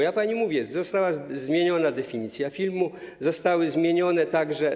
Ja pani mówię: została zmieniona definicja filmu, zostały zmienione także.